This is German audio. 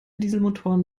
dieselmotoren